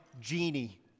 genie